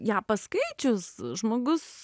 ją paskaičius žmogus